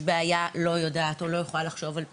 שיש בעיה ואני לא יכולה לחשוב על פתרון,